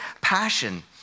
passion